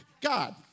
God